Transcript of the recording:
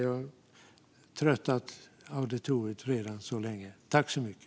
Jag har tröttat auditoriet redan så länge.